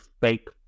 fake